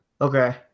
Okay